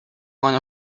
one